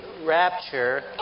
rapture